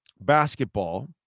basketball